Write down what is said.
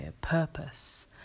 purpose